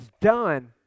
done